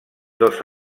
dos